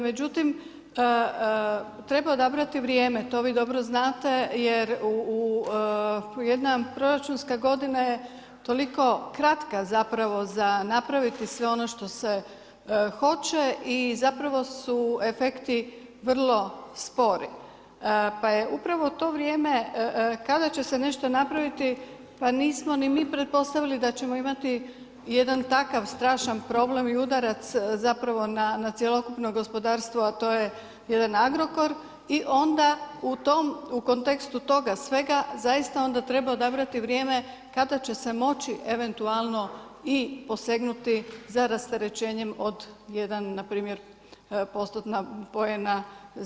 Međutim, treba odabrati vrijeme to vi dobro znate, jer jedna proračunska godina je toliko kratka zapravo za napraviti sve ono što se hoće i zapravo su efekti vrlo spori, pa je upravo to vrijeme kada će se nešto napraviti pa nismo ni mi pretpostavili da ćemo imati jedan takav strašan problem i udarac na cjelokupno gospodarstvo, a to je jedan Agrokor i onda u kontekstu toga svega zaista onda treba odabrati vrijeme kada će se moći eventualno i posegnuti za rasterećenjem od jedan npr. postotna poena za PDV.